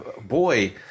boy